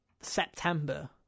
September